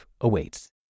awaits